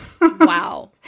Wow